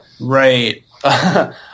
Right